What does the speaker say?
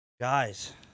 Guys